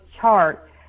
chart